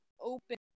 open